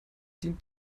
dient